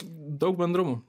daug bendrumų